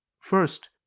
First